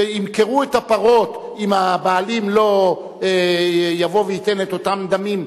שימכרו את הפרות אם הבעלים לא יבואו וייתנו את אותם דמים,